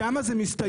שם זה מסתיים.